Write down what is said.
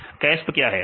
CASP क्या है